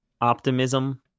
optimism